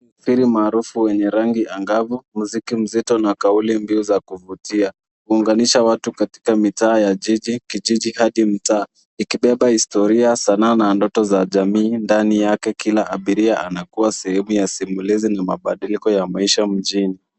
Feri maarufu wenye rangi angavu, mziki mzito na kauli mbiu za kuvutia. Huunganisha watu katika mitaa ya jiji, kijiji hadi mtaa. Ikibeba historia, sanaa na ndoto za jamii ndani yake. Kila abiria anakua sehemu ya simulizi na mabadiliko ya maisha mjini.